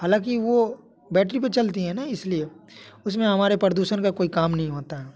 हालाँकि वो बैटरी पर चलती है ना इस लिए उस में हमारे पर्दूषण का कोई काम नहीं होता